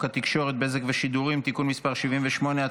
התקשורת (בזק ושידורים) (תיקון מס' 78),